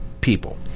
people